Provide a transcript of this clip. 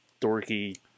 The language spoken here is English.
dorky